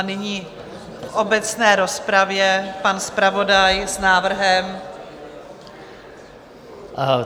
Nyní v obecné rozpravě pan zpravodaj s návrhem.